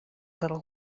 little